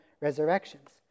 resurrections